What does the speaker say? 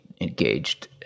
engaged